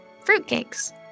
Fruitcake's